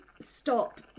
stop